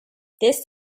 this